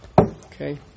Okay